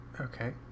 Okay